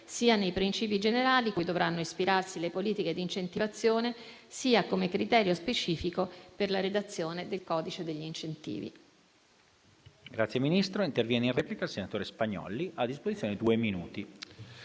sia nei principi generali, cui dovranno ispirarsi le politiche di incentivazione, sia come criterio specifico per la redazione del codice degli incentivi.